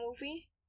movie